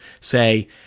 say